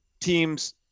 teams